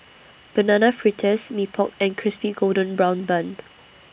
Banana Fritters Mee Pok and Crispy Golden Brown Bun